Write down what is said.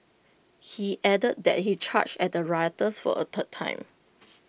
he added that he charged at the rioters for A third time